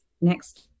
next